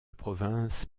province